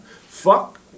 Fuck